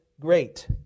great